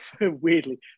weirdly